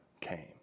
came